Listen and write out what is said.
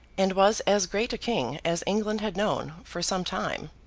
and was as great a king as england had known for some time.